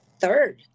third